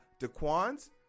DaQuans